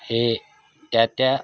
हे त्या त्या